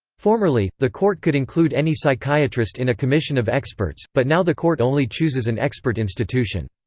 formerly, the court could include any psychiatrist in a commission of experts, but now the court only chooses an expert institution.